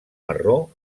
marró